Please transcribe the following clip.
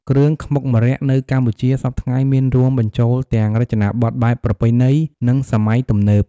គ្រឿងខ្មុកម្រ័័ក្សណ៍នៅកម្ពុជាសព្វថ្ងៃមានរួមបញ្ចូលទាំងរចនាបទបែបប្រណៃណី និងសម័យទំនើប។